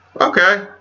Okay